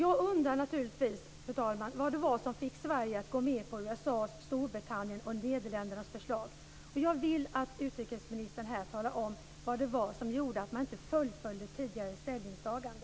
Jag undrar naturligtvis vad det var som fick Sverige att gå med på USA:s, Storbritanniens och Nederländernas förslag. Jag vill att utrikesministern här talar om vad det var som gjorde att man inte fullföljde tidigare ställningstagande.